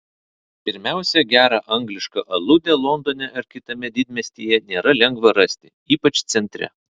pirmiausia gerą anglišką aludę londone ar kitame didmiestyje nėra lengva rasti ypač centre